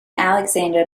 alexander